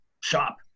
shop